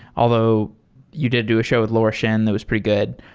although you did do a show with laura shin. that was pretty good.